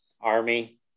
Army